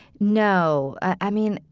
no. i mean,